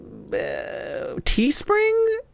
Teespring